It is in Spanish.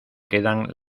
quedan